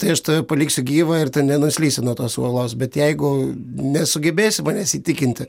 tai aš tave paliksiu gyvą ir tu nenuslysi nuo tos uolos bet jeigu nesugebėsi manęs įtikinti